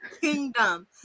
kingdom